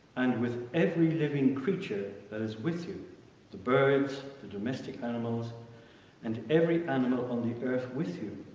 and with every living creature that is with you the birds, the domestic animals and every animal on the earth with you,